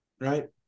right